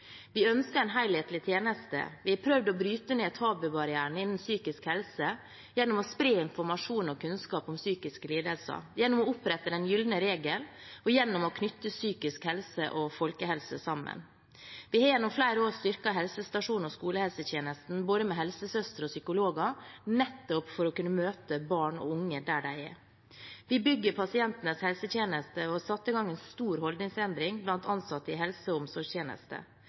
Vi ønsker en helhetlig tjeneste. Vi har prøvd å bryte ned tabubarrierene innen psykisk helse gjennom å spre informasjon og kunnskap om psykiske lidelser, gjennom å opprette den gylne regel og gjennom å knytte psykisk helse og folkehelse sammen. Vi har i flere år styrket helsestasjonene og skolehelsetjenesten med både helsesøstre og psykologer nettopp for å kunne møte barn og unge der de er. Vi bygger pasientenes helsetjeneste og satte i gang en stor holdningsendring blant ansatte i helse- og